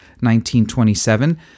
1927